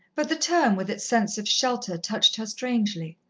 but the term with its sense of shelter touched her strangely.